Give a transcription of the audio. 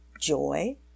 joy